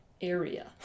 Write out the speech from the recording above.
area